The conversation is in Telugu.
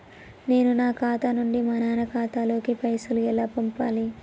నేను నా ఖాతా నుంచి మా నాన్న ఖాతా లోకి పైసలు ఎలా పంపాలి?